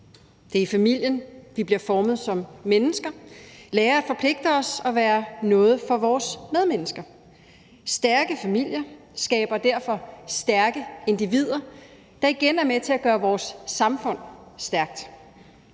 Det er i familien, vi bliver formet som mennesker, lærer at forpligte os og være noget for vores medmennesker. Stærke familier skaber derfor stærke individer, der igen er med til at gøre vores samfund stærkt.